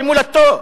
במולדתו.